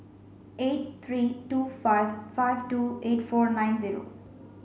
eight three two five five two eight four nine zero